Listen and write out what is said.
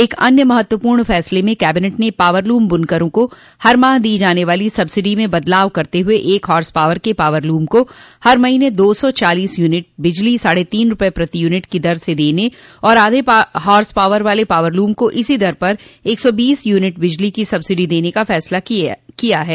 एक अन्य महत्वपूर्ण फैसले में कैबिनेट ने पॉवरलूम बुनकरों को हर माह दी जाने वाली सब्सिडी में बदलाव करते हुए एक हार्सपॉवर के पावरलूम को हर महीने दो सौ चालोस यूनिट बिजली साढ़े तीन रूपये प्रति यूनिट की दर से देने और आधे हार्स पॉवर वाले पावरलूम को इसी दर पर एक सौ बीस यूनिट बिजली की सब्सिडी देने का फैसला किया है